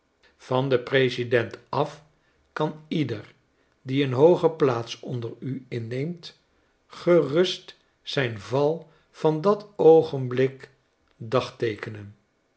van den president af kan ieder die een hooge plaats onder u inneemt gerust zijn val van dat oogenblik